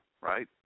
right